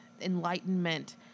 enlightenment